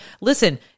Listen